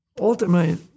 Ultimately